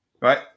right